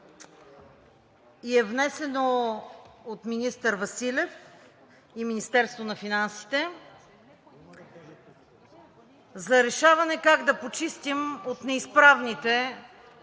2, внесено е от министър Василев и Министерството на финансите за решаване как да почистим от неизправните